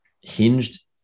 hinged